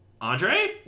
Andre